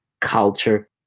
culture